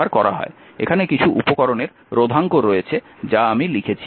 এখানে কিছু উপকরণের রোধাঙ্ক রয়েছে যা আমি লিখেছি